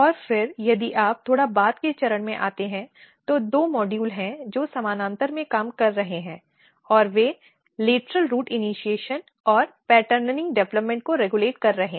और फिर यदि आप थोड़ा बाद के चरण में आते हैं तो दो मॉड्यूल हैं जो समानांतर में काम कर रहे हैं और वे लेटरल रूट इनीशिएशन और पैटर्निंग विकास को रेगुलेट कर रहे हैं